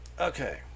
Okay